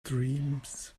dreams